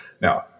Now